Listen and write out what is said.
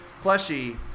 plushie